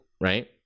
Right